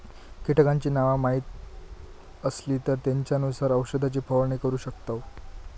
कीटकांची नावा माहीत असली तर त्येंच्यानुसार औषधाची फवारणी करू शकतव